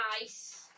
nice